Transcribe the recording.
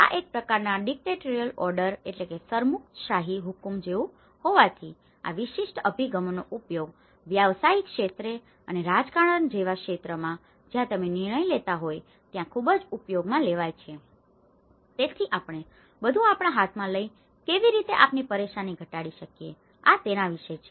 તેથી આ એક પ્રકારનાં ડીકટેટોરિયલ ઓર્ડર dictatorial order સરમુખત્યારશાહી હુકમ જેવું હોવાથી આ વિશિષ્ટ અભિગમોનો ઉપયોગ વ્યવસાયિક ક્ષેત્રે અને રાજકારણ જેવા ક્ષેત્રમાં જ્યાં તમે નિર્ણય લેતા હોય ત્યાં ખૂબ જ ઉપયોગમાં લેવાય છે તેથી આપણે બધુ આપણા હાથમાં લઈને કેવી રીતે આપની પરેશાની ઘટાડી શકીએ આ તેના વિશે છે